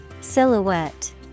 Silhouette